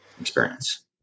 experience